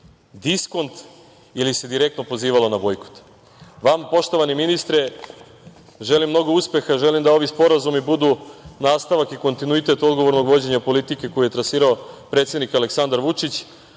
diskont ili se direktno pozivalo na bojkot? Vama poštovani ministre želim puno uspeha, želim da ovi sporazumi budu nastavak i kontinuitet odgovornog vođenja politike koju je trasirao predsednik Aleksandar Vučić,